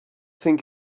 think